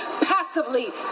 passively